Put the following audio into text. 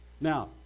Now